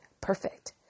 perfect